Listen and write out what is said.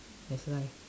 that's why